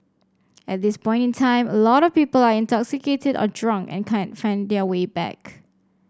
at this point in time a lot of people are intoxicated or drunk and can't find their way back